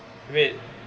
wait